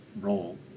role